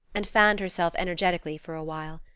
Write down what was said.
and fanned herself energetically for a while.